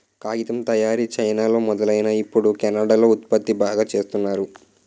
కాగితం తయారీ చైనాలో మొదలైనా ఇప్పుడు కెనడా లో ఉత్పత్తి బాగా చేస్తున్నారు